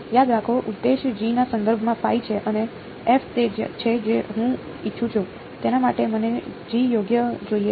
યાદ રાખો ઉદ્દેશ્ય G ના સંદર્ભમાં છે અને f તે જ છે જે હું ઇચ્છું છું તેના માટે મને G યોગ્ય જોઈએ છે